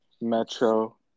metro